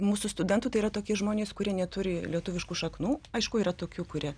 mūsų studentų tai yra tokie žmonės kurie neturi lietuviškų šaknų aišku yra tokių kurie